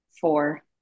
Four